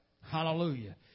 Hallelujah